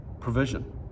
provision